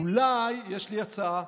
יש לי הצעה: